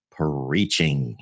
preaching